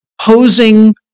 posing